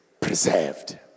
preserved